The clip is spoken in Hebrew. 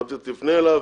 תפנה אליו